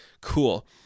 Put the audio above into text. cool